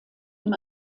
ihm